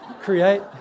Create